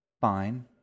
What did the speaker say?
Fine